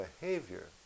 behavior